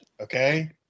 okay